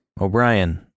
O'Brien